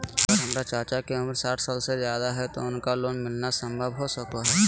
अगर हमर चाचा के उम्र साठ साल से जादे हइ तो उनका लोन मिलना संभव हो सको हइ?